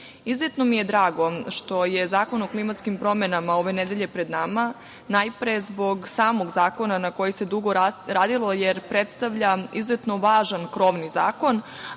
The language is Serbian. izuzetno mi je drago što je Zakon o klimatskim promenama ove nedelje pred nama, najpre zbog samog zakona na kojem se dugo radilo, jer predstavlja izuzetno važan krovni zakon,